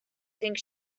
think